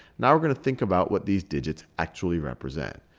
now we're going to think about what these digits actually represent.